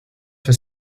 for